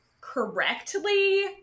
correctly